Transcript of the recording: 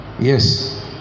Yes